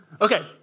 Okay